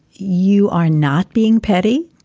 you are not being petty.